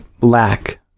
lack